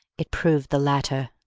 it proved the latter.